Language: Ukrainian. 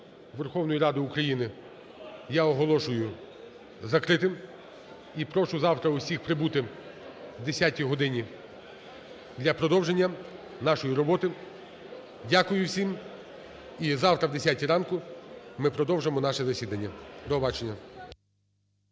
Верховної Ради України я оголошую закритим і прошу завтра всіх прибути о 10 годині для продовження нашої роботи. Дякую всім. І завтра о 10 ранку ми продовжимо наше засідання. До побачення.